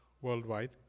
worldwide